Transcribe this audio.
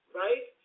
right